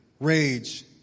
rage